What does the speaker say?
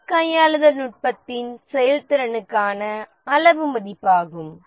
risk கையாளுதல் நுட்பத்தின் செயல்திறனுக்கான அளவு மதிப்பாகும்